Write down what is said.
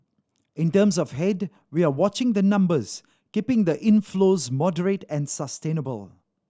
in terms of head we are watching the numbers keeping the inflows moderate and sustainable